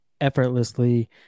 effortlessly